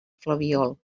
flabiol